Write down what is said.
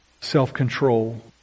self-control